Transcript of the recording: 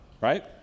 right